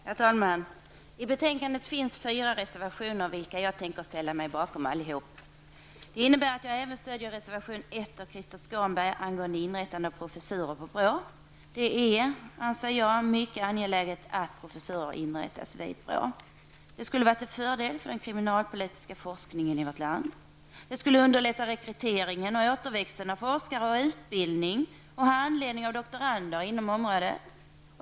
Herr talman! I betänkandet finns fyra reservationer, och jag tänker ställa mig bakom alla. Det innebär att jag även stödjer reservation 1 av Krister Skånberg angående inrättande av professurer på BRÅ. Det är, anser jag, mycket angeläget att professurer inrättas vid BRÅ. Det skulle vara till fördel för den kriminalpolitiska forskningen i vårt land. Det skulle underlätta rekryteringen och återväxten av forskare och utbildning samt handledning av doktorander inom området.